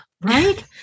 right